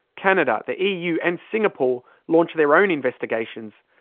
canada, the eu and singapore launched their own investigations.